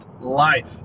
Life